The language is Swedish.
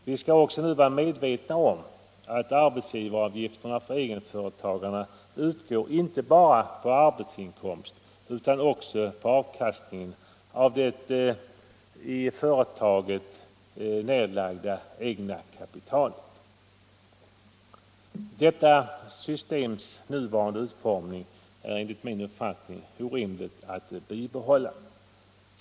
Vi måste vidare vara medvetna om att arbetsgivaravgift för egenföretagare utgår inte bara på arbetsinkomst utan också på avkastningen av det i företaget nedlagda egna kapitalet. Systemets nuvarande utformning är enligt min uppfattning orimlig att bibehålla. För en företagare är situationen ofta denna.